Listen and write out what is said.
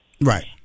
right